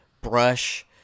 brush